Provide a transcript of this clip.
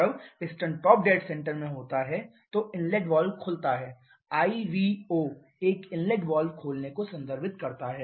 जब piston top dead centre में होता है तो इनलेट वाल्व खुलता है आईवीओ एक इनलेट वाल्व खोलने को संदर्भित करता है